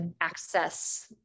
access